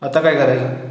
आता काय करायचं